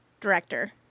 Director